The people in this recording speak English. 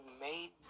made